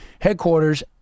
headquarters